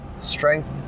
strength